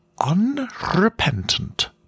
unrepentant